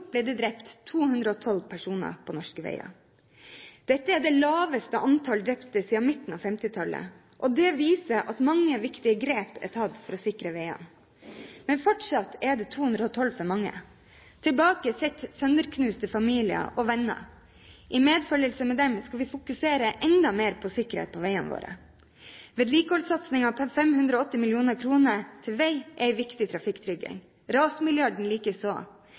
ble 212 personer drept på norske veier. Dette er det laveste antall drepte siden midten av 1950-tallet. Det viser at mange viktige grep er tatt for å sikre veiene. Men fortsatt er det 212 for mange. Tilbake sitter sønderknuste familier og venner. I medfølelse med dem skal vi fokusere enda mer på sikkerhet på veiene våre. Vedlikeholdssatsingen på 580 mill. kr til vei er en viktig trafikktrygging,